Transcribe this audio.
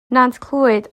nantclwyd